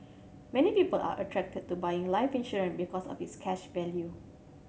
many people are attracted to buying life insurance because of its cash value